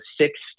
six